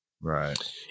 Right